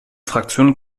fraktion